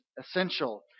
essential